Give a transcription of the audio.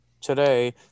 today